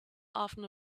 often